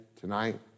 tonight